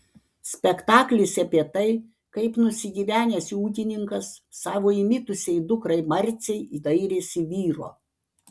spektaklis apie tai kaip nusigyvenęs ūkininkas savo įmitusiai dukrai marcei dairėsi vyro